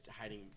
hiding